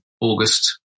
August